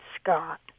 Scott